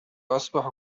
أسبح